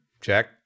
Check